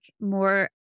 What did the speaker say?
more